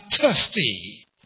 thirsty